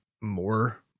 more